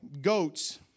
goats